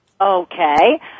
Okay